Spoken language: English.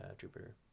Jupiter